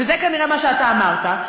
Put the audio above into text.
וזה כנראה מה שאתה אמרת,